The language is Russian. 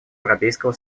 европейского